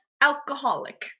alcoholic